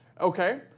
Okay